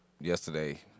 yesterday